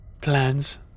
Plans